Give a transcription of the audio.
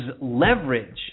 leverage